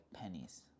pennies